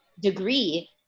degree